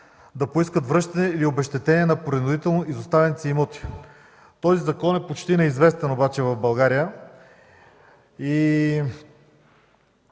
да поискат връщане или обезщетение за принудително изоставените си имоти. Този закон е почти неизвестен обаче в България.